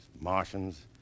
Martians